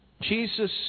Jesus